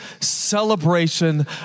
celebration